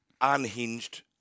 unhinged